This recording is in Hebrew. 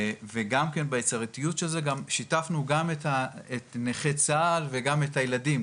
וגם כן ביצירתיות גם שיתפנו את נכי צה"ל וגם את הילדים.